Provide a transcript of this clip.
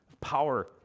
power